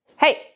hey